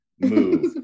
move